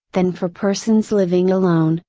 than for persons living alone,